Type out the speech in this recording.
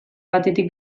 batetik